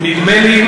נדמה לי,